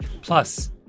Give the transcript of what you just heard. Plus